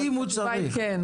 אבל התשובה היא כן.